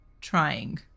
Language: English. trying